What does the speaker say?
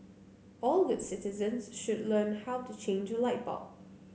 all good citizens should learn how to change a light bulb